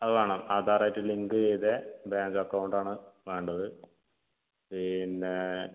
അത് വേണം ആധാറായിട്ട് ലിങ്ക് ചെയ്ത ബാങ്ക് അക്കൗണ്ട് ആണ് വേണ്ടത് പിന്നെ